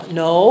no